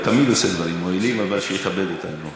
הוא תמיד עושה דברים מועילים, אבל שיכבד אותנו.